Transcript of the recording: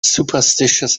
superstitious